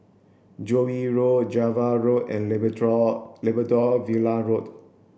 Joo Yee Road Java Road and Labrador Villa Road